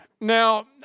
Now